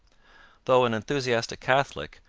though an enthusiastic catholic,